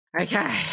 Okay